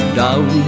down